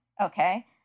okay